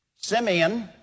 Simeon